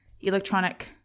electronic